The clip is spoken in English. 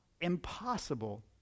impossible